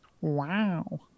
wow